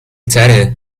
تره